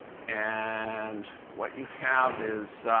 and what you have is